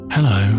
Hello